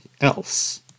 else